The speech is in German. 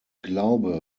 glaube